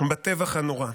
בטבח הנורא.